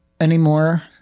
anymore